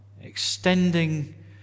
extending